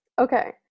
okay